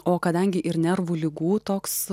o kadangi ir nervų ligų toks